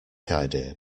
idea